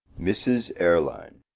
mrs. erlynne.